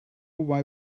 why